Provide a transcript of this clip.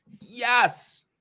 Yes